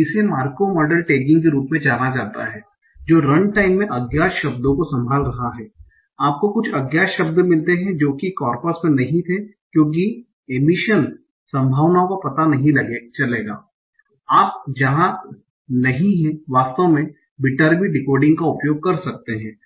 इसे Markov model tagging के रूप में जाना जाता है जो रन टाइम में अज्ञात शब्दों को संभाल रहा है आपको कुछ अज्ञात शब्द मिलते हैं जो कि कॉर्पस में नहीं थे क्योंकि एमीशन संभावनाओं का पता नहीं चलेगा आप जहां नहीं हैं वास्तव में विटेरबी डिकोडिंग का उपयोग कर सकते हैं